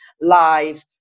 live